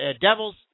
Devils